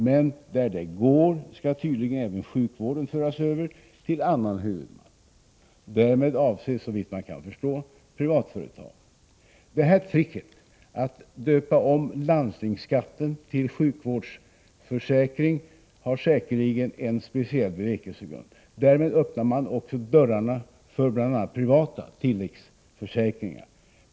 Men där det går skall tydligen även sjukvården föras över till annan huvudman. Därmed avses, såvitt man kan förstå, privatföretag. Det här tricket att döpa om landstingsskatten till sjukvårdsförsäkring har säkerligen en speciell bevekelsegrund. Därmed öppnar man också dörrarna för bl.a. privata tilläggsförsäkringar.